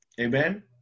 amen